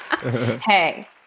Hey